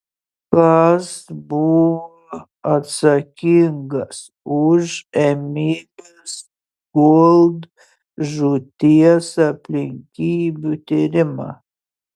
kas buvo atsakingas už emilės gold žūties aplinkybių tyrimą